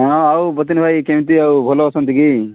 ହଁ ଆଉ ବତିନ୍ ଭାଇ କେମିତି ଆଉ ଭଲ ଅଛନ୍ତି କି